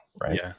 Right